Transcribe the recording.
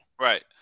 Right